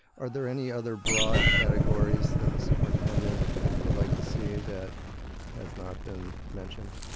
are there any other broad categories that the superintendent would like to see that has not been mentioned?